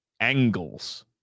angles